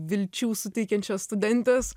vilčių suteikiančios studentės